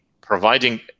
providing